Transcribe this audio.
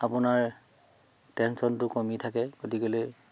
আপোনাৰ টেনশ্যনটো কমি থাকে গতিকেলৈ